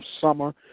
summer